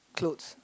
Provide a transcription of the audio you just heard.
clothes